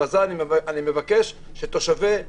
אני מבקש שתושבי אילת,